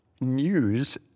news